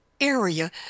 area